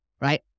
right